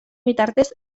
bitartez